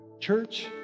Church